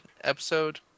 episode